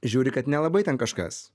žiūri kad nelabai ten kažkas